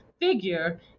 figure